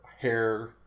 hair